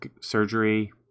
surgery